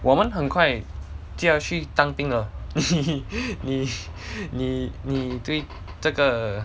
我们很快就要去当兵了你 你你你对这个